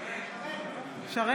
נגד מיכל